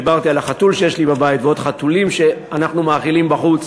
דיברתי על החתול שיש לי בבית ועוד חתולים שאנחנו מאכילים בחוץ,